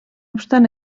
obstant